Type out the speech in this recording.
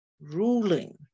ruling